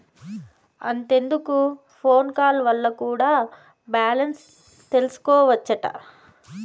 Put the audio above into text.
అంతెందుకు phone call వల్ల కూడా బాలెన్స్ తెల్సికోవచ్చట